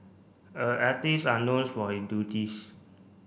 a artist are known for his